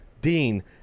Dean